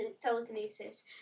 telekinesis